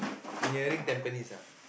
nearing Tampines ah